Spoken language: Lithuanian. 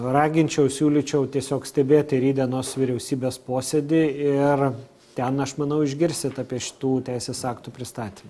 raginčiau siūlyčiau tiesiog stebėti rytdienos vyriausybės posėdį ir ten aš manau išgirsit apie šitų teisės aktų pristatymą